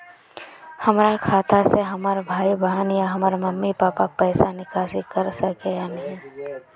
हमरा खाता से हमर भाई बहन या हमर मम्मी पापा पैसा निकासी कर सके है या नहीं?